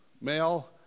male